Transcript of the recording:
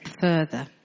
further